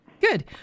Good